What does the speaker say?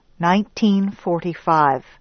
1945